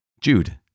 Jude